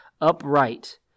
upright